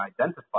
identify